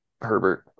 Herbert